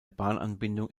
bahnanbindung